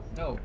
no